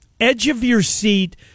edge-of-your-seat